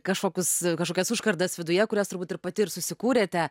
kažkokius kažkokias užkardas viduje kurias turbūt ir pati susikūrėte